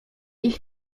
ich